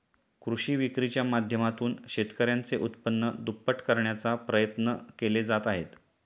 कृषी विक्रीच्या माध्यमातून शेतकऱ्यांचे उत्पन्न दुप्पट करण्याचा प्रयत्न केले जात आहेत